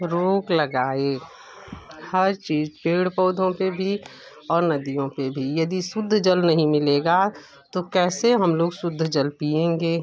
रोक लगाए हर चीज़ पेड़ पौधों पर भी और नदियों पर भी यदि शुद्ध जल नहीं मिलेगा तो कैसे हम लोग शुद्ध जल पिएंगे